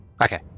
Okay